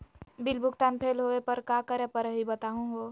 Bill भुगतान fail होवे पर का करै परही, बताहु हो?